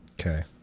okay